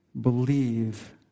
believe